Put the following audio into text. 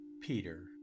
Peter